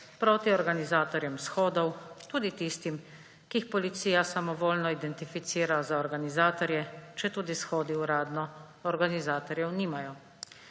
proti organizatorjem shodov, tudi tistim, ki jih policija samovoljno identificira za organizatorje, četudi shodi uradno organizatorjev nimajo.